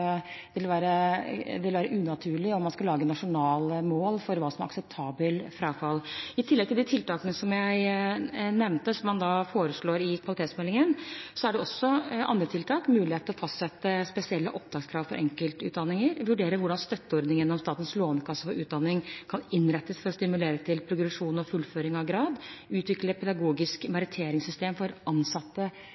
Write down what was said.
det ville være unaturlig om man skulle lage nasjonale mål for hva som er akseptabelt frafall. I tillegg til de tiltakene som jeg nevnte, som man foreslår i kvalitetsmeldingen, er det også andre tiltak: mulighet til å fastsette spesielle opptakskrav for enkeltutdanninger, vurdere hvordan støtteordningene gjennom Statens lånekasse for utdanning kan innrettes for å stimulere til progresjon og fullføring av grad, utvikle pedagogisk meritteringssystem for ansatte,